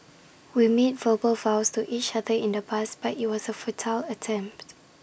we made verbal vows to each other in the past but IT was A futile attempt